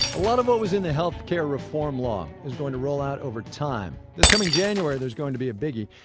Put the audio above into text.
a lot of what was in the health care reform law is going to roll out over time. this coming january there's going to be a biggie.